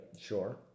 Sure